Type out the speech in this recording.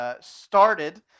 started